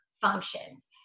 functions